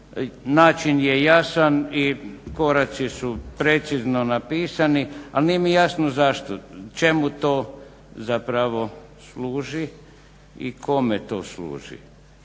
Način je jasan i koraci su precizno napisani, ali nije mi jasno zašto, čemu to zapravo služi i kome to služi?